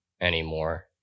anymore